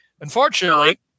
Unfortunately